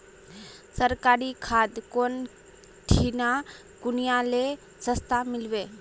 सरकारी खाद कौन ठिना कुनियाँ ले सस्ता मीलवे?